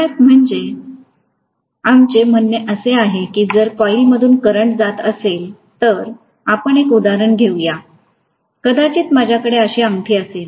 MMF म्हणजे आमचे म्हणणे असे आहे की जर कोईलमधून करंट जात असेल तर आपण एक उदाहरण घेऊया कदाचित माझ्याकडे अशी अंगठी असेल